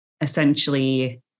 essentially